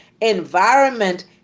environment